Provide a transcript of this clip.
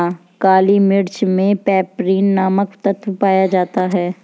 काली मिर्च मे पैपरीन नामक तत्व पाया जाता है